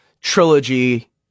trilogy